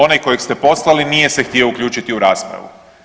Onaj kojeg ste poslali nije se htio uključiti u raspravu.